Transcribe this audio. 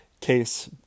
case